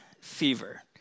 fever